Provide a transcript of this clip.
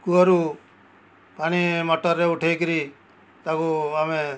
କୂଅରୁ ପାଣି ମୋଟର୍ରେ ଉଠାଇକରି ତାକୁ ଆମେ